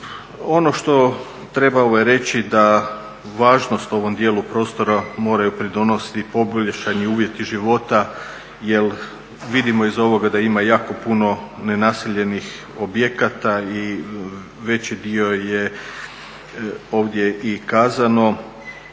Ono što treba reći, da važnost ovom dijelu prostora moraju pridonositi poboljšani uvjeti života jer vidimo iz ovoga da ima jako puno nenaseljenih objekata i veći dio je ovdje i kazano